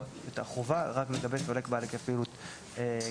החובה לגבי סולק בעל היקף פעילות גדול.